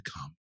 come